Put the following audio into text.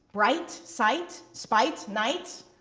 bright, sight, spite, night,